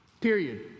Period